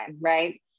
right